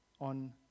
on